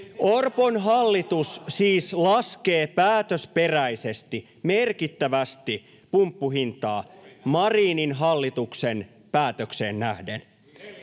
Orpon hallitus siis laskee päätösperäisesti merkittävästi pumppuhintaa Marinin hallituksen päätökseen nähden.